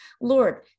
Lord